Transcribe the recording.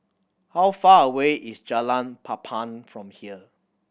how far away is Jalan Papan from here